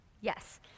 Yes